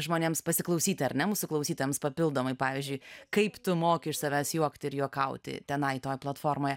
žmonėms pasiklausyti ar ne mūsų klausytojams papildomai pavyzdžiui kaip tu moki iš savęs juokti ir juokauti tenai toje platformoje